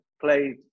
played